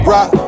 Rock